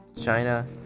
China